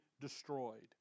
destroyed